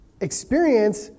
experience